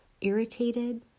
irritated